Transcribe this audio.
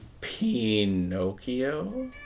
Pinocchio